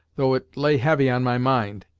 though it lay heavy on my mind.